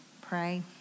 pray